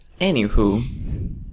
Anywho